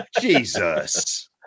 Jesus